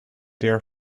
dear